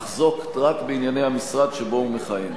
אך זאת רק בענייני המשרד שבו הוא מכהן.